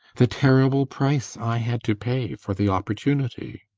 the terrible price i had to pay for the opportunity!